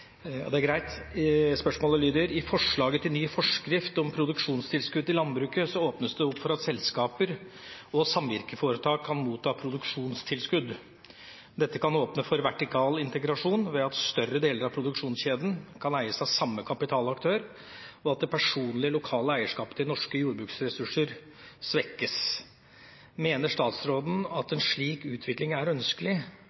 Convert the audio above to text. Det er greit. Spørsmålet lyder: «I forslaget til ny forskrift om produksjonstilskudd i landbruket åpnes det for at selskaper og samvirkeforetak kan motta produksjonstilskudd. Dette kan åpne for vertikal integrasjon ved at større deler av produksjonskjeden kan eies av samme kapitalaktør, og at det personlige lokale eierskapet til norske jordbruksressurser svekkes. Mener statsråden at